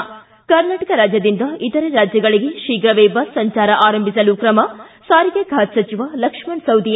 ಿ ಕರ್ನಾಟಕ ರಾಜ್ಯದಿಂದ ಇತರೆ ರಾಜ್ಯಗಳಿಗೆ ಶೀಘವೇ ಬಸ್ ಸಂಚಾರ ಆರಂಭಿಸಲು ಕ್ರಮ ಸಾರಿಗೆ ಖಾತೆ ಸಚಿವ ಲಕ್ಷ್ಮಣ ಸವದಿ